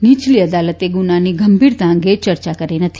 નીચલી અદાલતે ગુનાની ગંભીરતા અંગે ચર્ચા કરી નથી